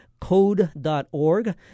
Code.org